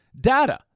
data